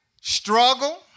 struggle